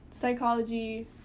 psychology